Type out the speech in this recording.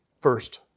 first